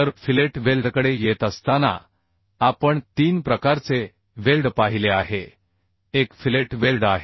तर फिलेट वेल्डकडे येत असताना आपण 3 प्रकारचे वेल्ड पाहिले आहे एक फिलेट वेल्ड आहे